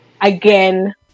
again